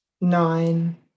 Nine